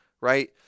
right